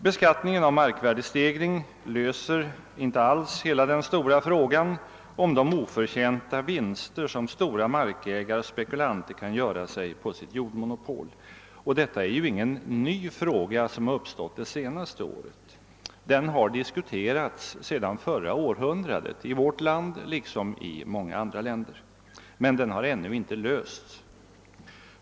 Beskattningen av markvärdestegring löser inte alls den stora frågan om de oförtjänta vinster som stora markägare och spekulanter kan göra på sitt jordmonopol. Detta är ju ingen ny fråga. Den har diskuterats sedan förra århundradet i vårt land liksom i många andra länder, men den har ännu inte lösts.